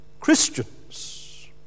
Christians